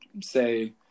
say